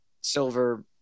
silver